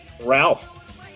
Ralph